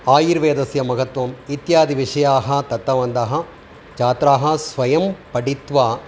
आयुर्वेदस्य महत्वम् इत्यादिविषयाः दत्तवन्तः छात्राः स्वयं पठित्वा